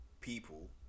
people